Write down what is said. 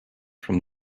from